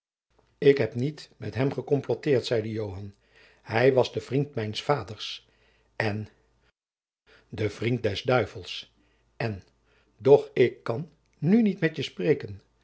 ik heb niet met hem gekomplotteerd zeide joan hij was de vriend mijns vaders en de vriend des duivels en doch ik kan nu niet met je spreken